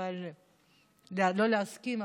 לא להסכים,